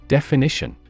Definition